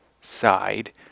side